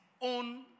own